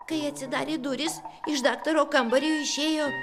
kai atsidarė durys iš daktaro kambario išėjo